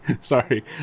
Sorry